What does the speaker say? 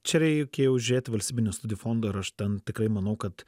čia reikia jau žiūrėti valstybinio studijų fondo ir aš ten tikrai manau kad